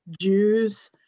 Jews